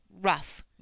rough